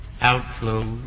outflow